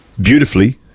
Beautifully